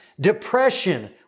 depression